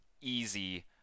easy